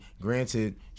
granted